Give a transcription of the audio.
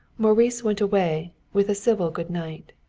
maurice went away, with a civil good night.